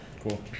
Cool